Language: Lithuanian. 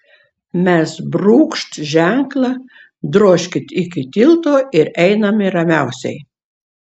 mes brūkšt ženklą drožkit iki tilto ir einame ramiausiai